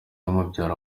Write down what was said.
umubyara